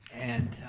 and